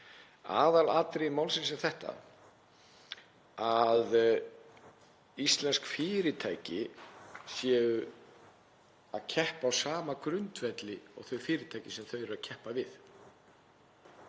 Aðalatriði málsins er það að íslensk fyrirtæki séu að keppa á sama grundvelli og þau fyrirtæki sem þau eru að keppa við.